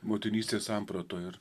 motinystės sampratoj ir